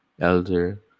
elder